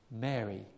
Mary